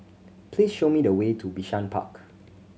please show me the way to Bishan Park